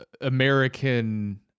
American